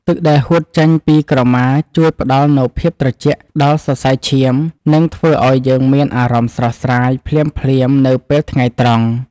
ទឹកដែលហួតចេញពីក្រមាជួយផ្ដល់នូវភាពត្រជាក់ដល់សរសៃឈាមនិងធ្វើឱ្យយើងមានអារម្មណ៍ស្រស់ស្រាយភ្លាមៗនៅពេលថ្ងៃត្រង់។